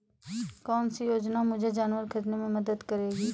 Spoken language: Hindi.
कौन सी योजना मुझे जानवर ख़रीदने में मदद करेगी?